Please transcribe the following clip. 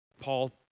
Paul